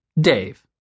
Dave